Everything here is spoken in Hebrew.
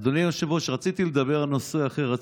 אדוני היושב-ראש, רציתי לדבר על נושא אחר.